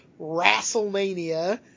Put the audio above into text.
WrestleMania